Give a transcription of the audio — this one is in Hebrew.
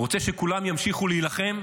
רוצה שכולם ימשיכו להילחם,